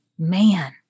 Man